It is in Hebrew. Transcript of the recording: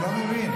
אני לא מבין.